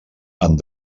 amb